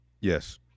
Yes